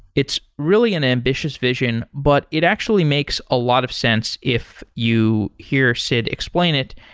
it's really an ambitious vision, but it actually makes a lot of sense if you hear sid explain it,